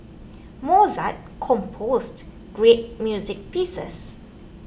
Mozart composed great music pieces